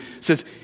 says